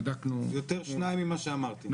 בדקתי אתמול בערב --- שניים יותר ממה שאני אמרתי,